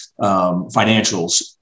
financials